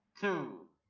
to